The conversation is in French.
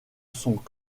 sont